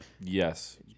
Yes